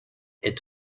est